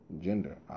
gender